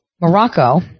Morocco